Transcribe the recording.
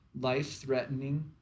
life-threatening